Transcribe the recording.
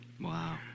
Wow